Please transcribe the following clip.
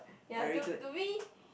ya to to me